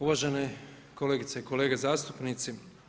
Uvažene kolegice i kolege zastupnici.